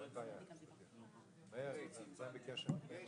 ואני משבח את עבודתה של היושבת-הראש היוצאת,